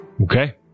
Okay